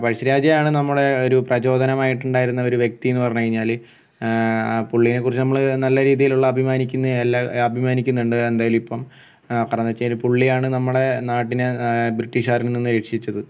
പഴശ്ശിരാജയാണ് നമ്മളെ ഒരു പ്രചോദനമായിട്ടുണ്ടായിരുന്ന ഒരു വ്യക്തീന്ന് പറഞ്ഞുകഴിഞ്ഞാൽ പുള്ളിനേക്കുറിച്ച് നമ്മൾ നല്ലരീതിയിലുള്ള അഭിമാനിക്കുന്ന എല്ലാം അഭിമാനിക്കുന്നുണ്ട് എന്തായാലും ഇപ്പം പറഞ്ഞെന്നുവെച്ചാൽ പുള്ളിയാണ് നമ്മുടെ നാട്ടിനെ ബ്രിട്ടീഷ്ക്കാരിൽ നിന്ന് രക്ഷിച്ചത്